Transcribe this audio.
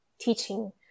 teaching